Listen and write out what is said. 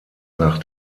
nach